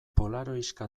polaroiska